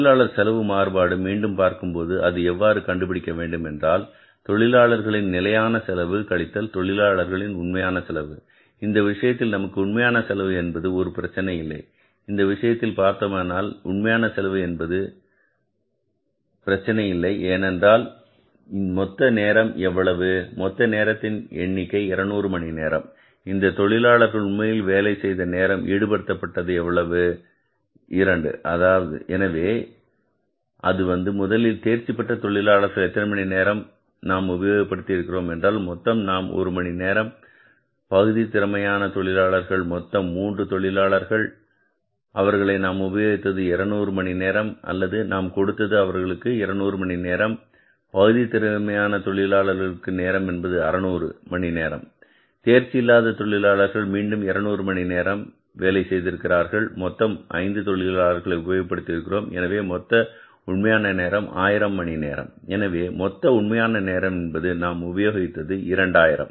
தொழிலாளர் செலவு மாறுபாடு மீண்டும் பார்க்கும்போது அது எவ்வாறு கண்டுபிடிக்கப்பட வேண்டும் என்றால் தொழிலாளர் நிலையான செலவு கழித்தல் தொழிலாளர் உண்மையான செலவு இந்த விஷயத்தில் நமக்கு உண்மையான செலவு என்பது ஒரு பிரச்சனை இல்லை இந்த விஷயத்தில் பார்த்தோமென்றால் உண்மையான செலவு என்பது ஒரு பிரச்சினை இல்லை ஏனென்றால் மொத்த நேரம் எவ்வளவு மொத்த நேரத்தின் எண்ணிக்கை 200 மணி நேரம் இந்த தொழிலாளர்கள் உண்மையில் வேலை செய்த நேரம் ஈடுபடுத்தப்பட்டது எவ்வளவு 2 எனவே அது வந்து முதலில் தேர்ச்சி பெற்ற தொழிலாளர்கள் எத்தனை மணி நேரம் நாம் உபயோகப்படுத்தி இருக்கிறோம் என்றால் மொத்தம் நாம் ஒரு மணி நேரம் பகுதி திறமையான தொழிலாளர்கள் மொத்தம் 3 தொழிலாளர்கள் அவர்களை நாம் உபயோகித்தது 200 மணி நேரம் அல்லது நாம் கொடுத்தது அவர்களுக்கு 200 மணி நேரம் பகுதி திறன் தொழிலாளர்கள் நேரம் என்பது 600 மணி நேரம் தேர்ச்சி இல்லாத தொழிலாளர்கள் மீண்டும் 200 மணி நேரம் வேலை செய்திருக்கிறார்கள் நாம் மொத்தம் 5 தொழிலாளர்களை உபயோகப்படுத்தி இருக்கிறோம் எனவே மொத்த உண்மையான நேரம் 1000 மணி நேரம் எனவே மொத்த உண்மையான நேரம் என்பது நாம் உபயோகித்தது 2000